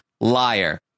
liar